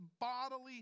bodily